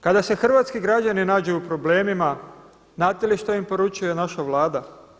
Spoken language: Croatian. Kada se hrvatski građani nađu u problemima znate li što im poručuje naša Vlada?